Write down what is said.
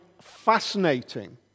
fascinating